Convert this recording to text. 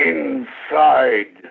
Inside